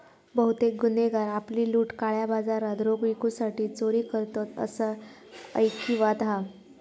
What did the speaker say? बहुतेक गुन्हेगार आपली लूट काळ्या बाजारात रोख विकूसाठी चोरी करतत, असा ऐकिवात हा